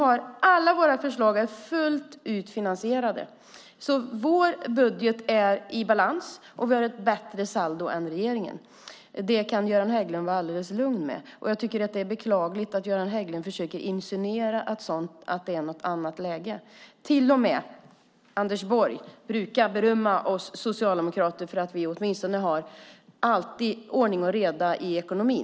Alla våra förslag är finansierade fullt ut. Vår budget är i balans, och vi har ett bättre saldo än regeringen. Det kan Göran Hägglund känna sig helt lugn med. Det är beklagligt att han insinuerar att det skulle vara ett annat läge. Till och med Anders Borg berömmer oss socialdemokrater för att vi åtminstone alltid har ordning och reda i ekonomin.